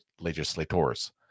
legislators